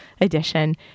Edition